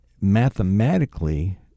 mathematically